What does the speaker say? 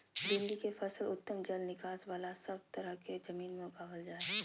भिंडी के फसल उत्तम जल निकास बला सब तरह के जमीन में उगावल जा हई